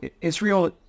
Israel